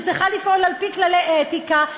שצריכה לפעול על-פי כללי אתיקה,